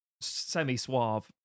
semi-suave